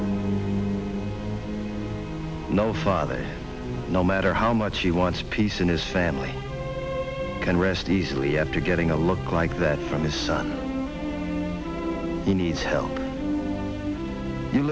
or no father no matter how much he wants peace in his family can rest easily after getting a look like that from his son he needs help you